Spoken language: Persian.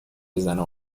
بزنه